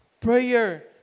prayer